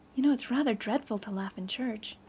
you know it's rather dreadful to laugh in church.